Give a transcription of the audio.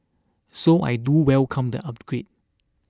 so I do welcome the upgrade